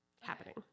happening